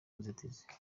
nzitizi